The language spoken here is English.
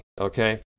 Okay